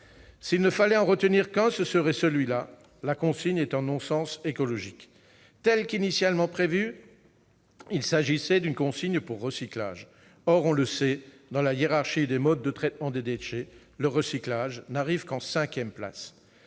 S'il ne fallait en retenir qu'un, ce serait celui-là : la consigne est un non-sens écologique ! Dans sa version initiale, il s'agissait d'une consigne pour recyclage. Or, on le sait, dans la hiérarchie des modes de traitement des déchets, le recyclage n'arrive qu'en cinquième place.